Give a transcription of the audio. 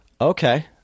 Okay